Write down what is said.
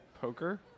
Poker